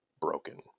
Broken